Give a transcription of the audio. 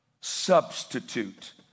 substitute